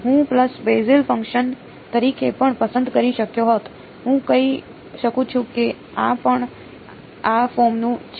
હું pulse basis function તરીકે પણ પસંદ કરી શક્યો હોત હું કહી શકું છું કે આ પણ આ ફોર્મનું છે